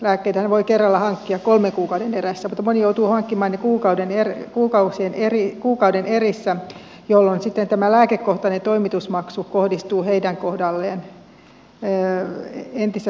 lääkkeitähän voi kerralla hankkia kolmen kuukauden erässä mutta moni joutuu hankkimaan ne kuukauden erissä jolloin sitten tämä lääkekohtainen toimitusmaksu kohdistuu heidän kohdalleen entistä suurempana